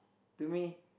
to me